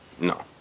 no